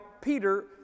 Peter